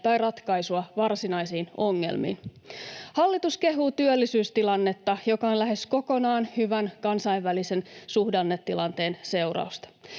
tai ratkaisua varsinaisiin ongelmiin. Hallitus kehuu työllisyystilannetta, joka on lähes kokonaan hyvän kansainvälisen suhdannetilanteen seurausta.